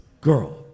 girl